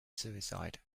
suicide